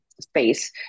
space